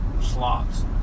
Slots